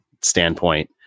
standpoint